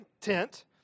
tent